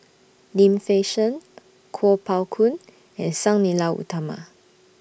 Lim Fei Shen Kuo Pao Kun and Sang Nila Utama